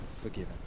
forgiven